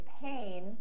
pain